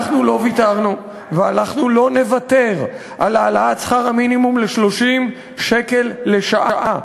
אנחנו לא ויתרנו ואנחנו לא נוותר על העלאת שכר המינימום ל-30 שקל לשעה.